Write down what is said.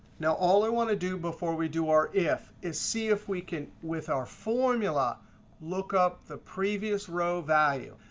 now, all i want to do before we do our if is see if we can with our formula look up the previous row value.